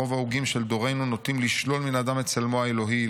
רוב ההוגים של דורנו נוטים לשלול מן האדם את צלמו האלוהי,